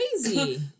crazy